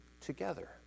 together